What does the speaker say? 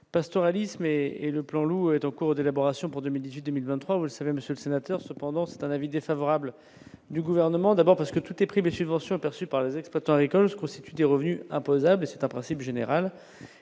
du pastoralisme et le plan loup est en cours d'élaboration pour 2010 2023, vous le savez, Monsieur le Sénateur, cependant, c'est un avis défavorable du gouvernement, d'abord parce que tout est privé subventions perçues par les exploitants agricoles se constituent des revenus imposables, c'est un principe général,